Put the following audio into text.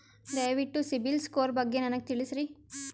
ದಯವಿಟ್ಟು ಸಿಬಿಲ್ ಸ್ಕೋರ್ ಬಗ್ಗೆ ನನಗ ತಿಳಸರಿ?